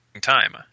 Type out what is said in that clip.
time